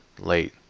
late